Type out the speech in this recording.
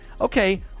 okay